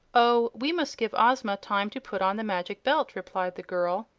oh, we must give ozma time to put on the magic belt, replied the girl.